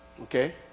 Okay